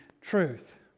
truth